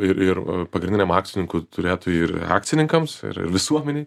ir ir pagrindiniam akcininkui turėtų ir akcininkams ir visuomenei